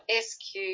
SQ